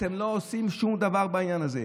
ואתם לא עושים שום דבר בעניין הזה.